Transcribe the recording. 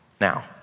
now